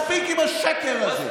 מספיק עם השקר הזה.